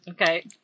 Okay